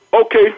Okay